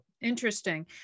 Interesting